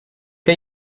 que